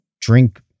drink